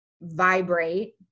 vibrate